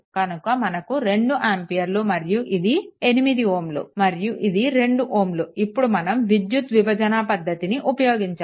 కనుక మనకు 2 ఆంపియర్లు మరియు ఇది 8 Ω మరియు ఇది 2Ω ఇప్పుడు మనం విద్యుత్ విభజన పద్దతిని ఉపయోగించాలి